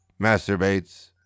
masturbates